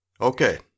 Okay